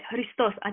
Hristos